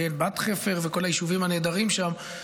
בת חפר וכל היישובים הנהדרים שם,